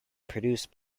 produced